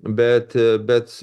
bet bet